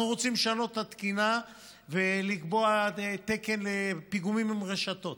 אנחנו רוצים לשנות את התקינה ולקבוע תקן לפיגומים עם רשתות,